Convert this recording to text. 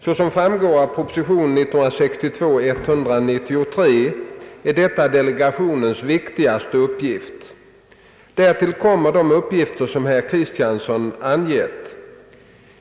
Såsom framgår av proposition 1962: 193 är detta delegationens viktigaste uppgift. Därtill kommer de uppgifter som herr Kristiansson angett.